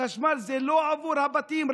החשמל זה לא רק עבור הבתים.